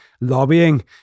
lobbying